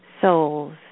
souls